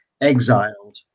exiled